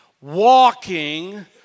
Walking